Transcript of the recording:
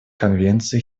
конвенции